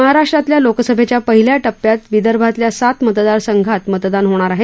महाराष्ट्रातल्या लोकसभेच्या पहिल्या टप्प्यात विदर्भातल्या सात मतदारसंघांत मतदान होणार आहे